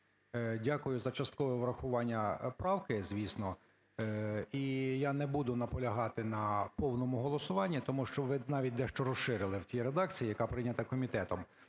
Дякую за часткове врахування правки, звісно. І я не буду наполягати на повному голосуванні, тому що ви навіть дещо розширили в тій редакції, яка прийнята комітетом.